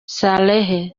saleh